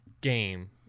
game